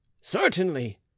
Certainly